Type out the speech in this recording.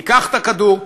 ניקח את הכדור,